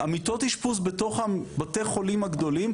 מיטות האשפוז בתוך בתי החולים הגדולים,